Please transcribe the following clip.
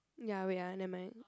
ya wait ah nevermind